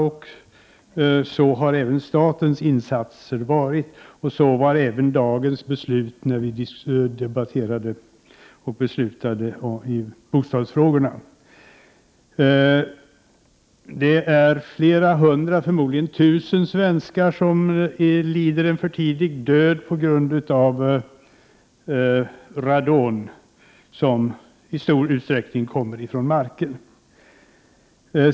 Det gäller även statens insatser, och det präglar även de beslut vi tidigare i dag fattade i bostadsfrågorna. Flera hundra och förmodligen tusen svenskar dör en för tidig död på grund av det radon som i stor utsträckning kommer från marken.